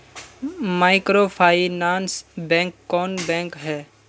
Microfinance bank कौन bank है?